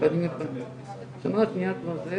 לא משנה באיזה גיל,